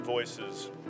Voices